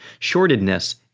shortedness